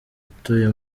atuye